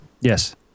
Yes